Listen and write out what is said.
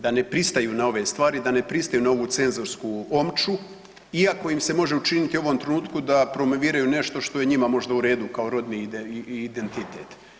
Da ne pristaju na ove stvari, da ne pristaju na ovu cenzorsku omču iako im se može učiniti u ovom trenutku da promoviraju nešto što je njima možda u redu, kao rodni identitet.